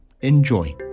Enjoy